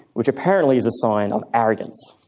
which apparently is a sign of arrogance.